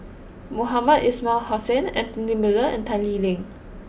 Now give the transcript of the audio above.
Mohamed Ismail Hussain Anthony Miller and Tan Lee Leng